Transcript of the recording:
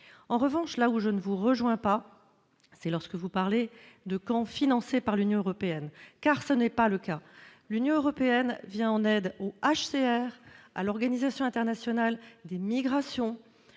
En revanche, je ne vous rejoins pas lorsque vous parlez de camps financés par l'Union européenne, car ce n'est pas le cas. L'Union européenne vient en aide au HCR et à l'Organisation internationale pour les migrations,